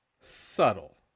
Subtle